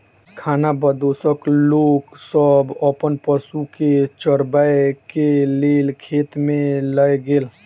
खानाबदोश लोक सब अपन पशु के चरबै के लेल खेत में लय गेल